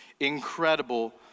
Incredible